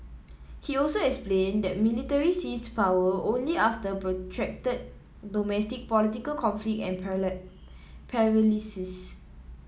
he also explained that military seized power only after protracted domestic political conflict and paralysis